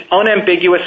unambiguous